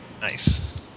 Nice